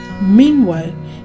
Meanwhile